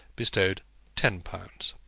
bestowed ten pounds.